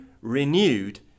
renewed